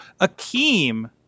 Akeem